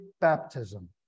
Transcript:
baptism